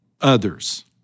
others